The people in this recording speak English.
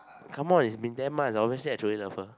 come on it's been ten months obviously I throw it off ah